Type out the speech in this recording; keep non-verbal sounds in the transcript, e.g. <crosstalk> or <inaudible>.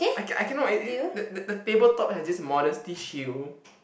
I can~ I cannot <noise> the table top have this modesty shield